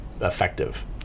effective